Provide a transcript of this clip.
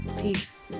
Peace